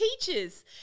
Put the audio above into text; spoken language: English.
teachers